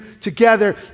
together